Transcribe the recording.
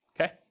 Okay